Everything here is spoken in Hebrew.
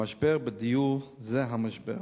המשבר בדיור זה המשבר.